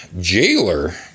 jailer